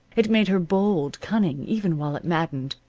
it made her bold, cunning, even while it maddened.